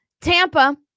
Tampa